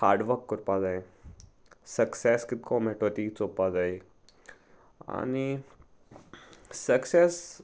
hard work करपा जाय success कितको मेळटो ती चोपा जाय आनी सक्सेस